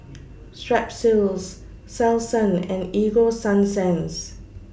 Strepsils Selsun and Ego Sunsense